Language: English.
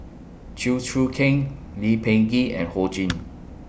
Chew Choo Keng Lee Peh Gee and Ho Ching